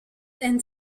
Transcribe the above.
and